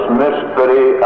mystery